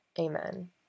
amen